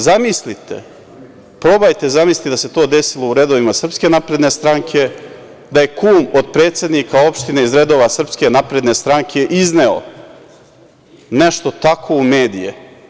Zamislite, probajte zamisliti da se to desilo u redovima Srpske napredne stranke, da je kum od predsednika opštine iz redova SNS izneo nešto tako u medije.